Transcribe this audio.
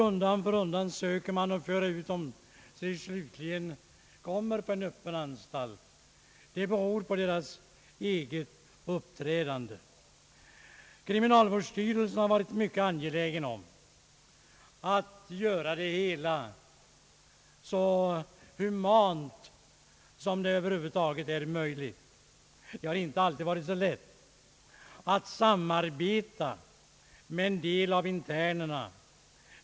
Undan för undan söker man föra ut dem tills de slutligen kommer på en öppen anstalt. Det beror på deras eget uppträdande. Kriminalvårdsstyrelsen är mycket angelägen att göra det så humant för internerna som det över huvud taget är möjligt. Det är dock inte alltid så lätt att samarbeta med en del av internerna.